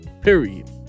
period